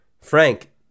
Frank